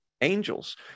angels